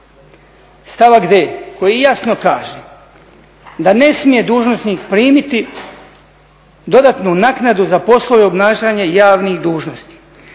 stavak d) koji jasno kaže da ne smije dužnosnik primiti dodatnu naknadu za poslove obnašanja javnih dužnosti,